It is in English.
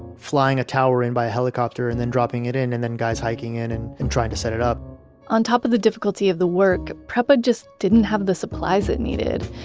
flying a tower in by helicopter and then dropping it in, and then guys hiking in, and and trying to set it up on top of the difficulty of the work, prepa just didn't have the supplies it needed.